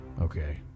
Okay